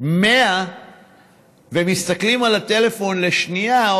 100 קמ"ש ומסתכלים על הטלפון לשנייה,